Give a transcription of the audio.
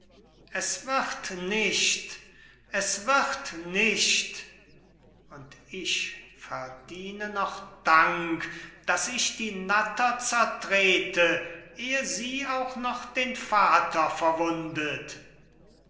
es wird nicht es wird nicht und ich verdiene noch dank daß ich die natter zertrete ehe sie auch noch den vater verwundet